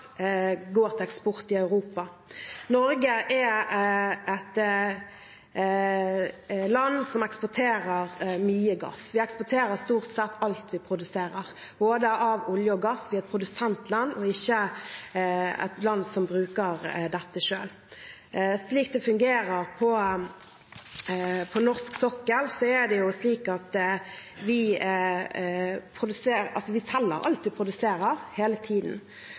går til eksport i Europa. Norge er et land som eksporterer mye gass. Vi eksporterer stort sett alt vi produserer av både olje og gass. Vi er et produsentland, vi er ikke et land som bruker dette selv. Slik det fungerer på norsk sokkel, selger vi alt vi produserer, hele tiden, og det fortsetter vi å gjøre. Vi